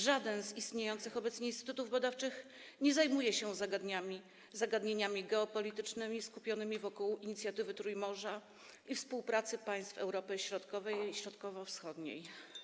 Żaden z istniejących obecnie instytutów badawczych nie zajmuje się zagadnieniami geopolitycznymi skupionymi wokół inicjatywy Trójmorza i współpracy państw Europy Środkowej i Środkowo-Wschodniej.